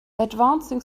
advancing